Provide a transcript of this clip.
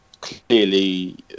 Clearly